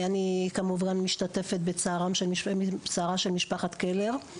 אני כמובן משתתפת בצערה של משפחת קלר.